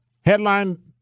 Headline